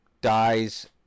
dies